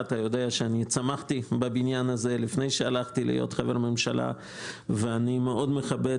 ואתה יודע שצמחתי בבניין הזה לפני שהלכתי להיות חבר ממשלה ומאוד מכבד